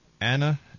Anna